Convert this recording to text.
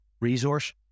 resource